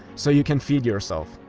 so you can feed yourself.